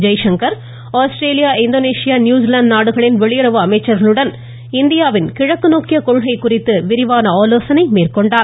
Jaishankar Australia Indonesia New Zealand நாடுகளின் வெளியறவு அமைச்சர்களுடன் இந்தியாவின் கிழக்கு நோக்கிய கொள்கை குறித்து விரிவாக விவாதித்தார்